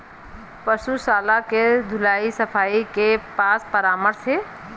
पशु शाला के धुलाई सफाई के का परामर्श हे?